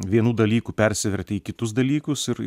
vienų dalykų persivertę į kitus dalykus ir